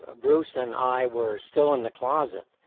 ah bruce and i were still in the closet